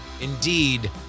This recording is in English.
Indeed